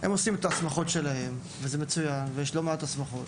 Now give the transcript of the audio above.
הם עושים את ההסמכות שלהם, ויש לא מעט הסמכות,